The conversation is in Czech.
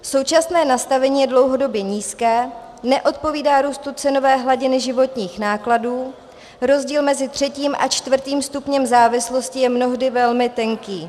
Současné nastavení je dlouhodobě nízké, neodpovídá růstu cenové hladiny životních nákladů, rozdíl mezi třetím a čtvrtým stupněm závislosti je mnohdy velmi tenký.